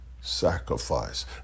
sacrifice